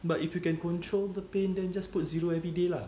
but if you can control the pain then just put zero everyday lah